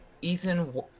Ethan